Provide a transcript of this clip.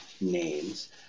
names